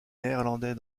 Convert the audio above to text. néerlandais